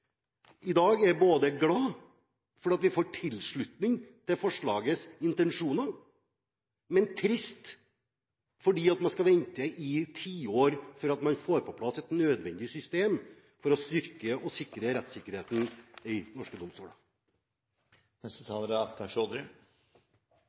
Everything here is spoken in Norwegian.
i dag er glad for at vi får tilslutning til forslagets intensjoner, men trist fordi man skal vente i tiår før man får på plass et nødvendig system for å styrke og sikre rettssikkerheten i norske